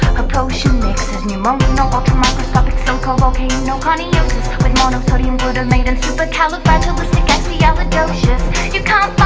potion mixes pneumonoultramicroscopicsilicovolcanoconiosis with monosodiumglutimate and supercalifragilisticexpialidocious you can't